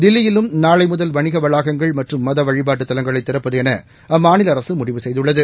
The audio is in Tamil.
தில்லியிலும் நாளை முதல் வணிக வளாகங்கள் மற்றும் மதவழிபாட்டுத் தலங்களை திறப்பது என அம்மாநில அரசு முடிவு செய்துள்ளது